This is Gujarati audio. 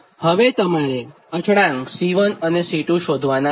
હવેતમારે અચળાંક C1 અને C2 શોધવાનાં છે